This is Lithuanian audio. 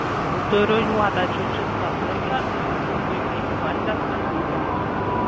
turiu juodą džiudžitso diržą ir esu puikiai įvaldęs alkido